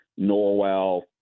Norwell